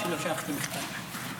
--- לא שלחתי מכתב.